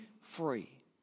free